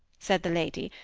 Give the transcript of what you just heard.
said the lady,